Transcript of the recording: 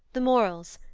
the morals,